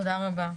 תודה רבה.